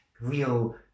real